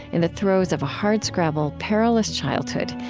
in the throes of a hardscrabble, perilous childhood,